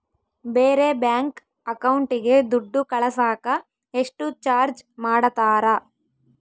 ಬೇರೆ ಬ್ಯಾಂಕ್ ಅಕೌಂಟಿಗೆ ದುಡ್ಡು ಕಳಸಾಕ ಎಷ್ಟು ಚಾರ್ಜ್ ಮಾಡತಾರ?